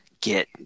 get